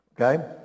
okay